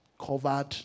covered